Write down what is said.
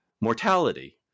mortality